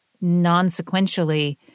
non-sequentially